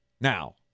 now